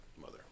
mother